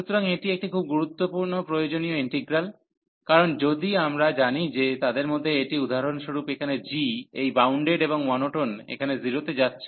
সুতরাং এটি একটি খুব প্রয়োজনীয় ইন্টিগ্রাল কারণ যদি আমরা জানি যে তাদের মধ্যে একটি উদাহরণস্বরূপ এখানে g এই বাউন্ডেড এবং মোনোটোন এখানে 0 তে যাচ্ছে